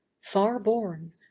far-born